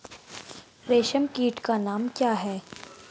रेशम कीट का नाम क्या है?